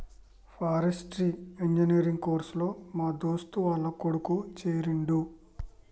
forestry engineer course లో మా దోస్తు వాళ్ల కొడుకు చేరిండు